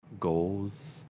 goals